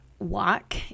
walk